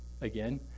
again